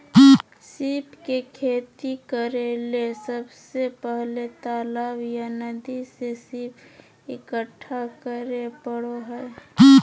सीप के खेती करेले सबसे पहले तालाब या नदी से सीप इकठ्ठा करै परो हइ